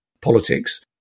politics